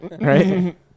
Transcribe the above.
Right